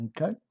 Okay